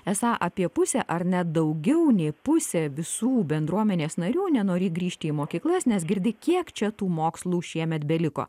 esą apie pusę ar net daugiau nei pusė visų bendruomenės narių nenorį grįžti į mokyklas nes girdi kiek čia tų mokslų šiemet beliko